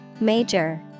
Major